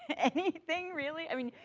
anything, really. i mean,